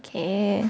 can